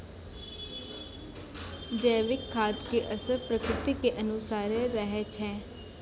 जैविक खाद के असर प्रकृति के अनुसारे रहै छै